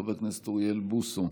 חבר הכנסת אוריאל בוסו,